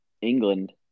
England